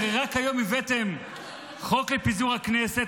הרי רק היום הבאתם חוק לפיזור הכנסת,